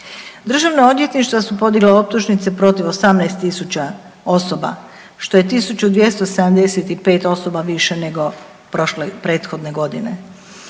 Državna odvjetništva su podigla optužnice protiv 18.000 osoba, što je 1.275 osoba više nego prošle i prethodne godine.